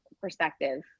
perspective